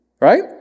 right